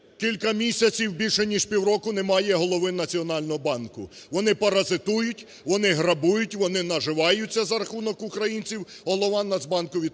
Кілька місяців, більше ніж півроку немає голови Національного банку. Вони паразитують, вони грабують, вони називаються за рахунок українців, голова Нацбанку відпочиває.